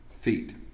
feet